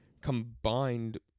combined